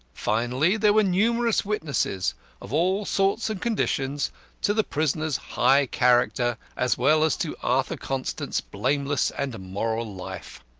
finally, there were numerous witnesses of all sorts and conditions to the prisoner's high character, as well as to arthur constant's blameless and moral life.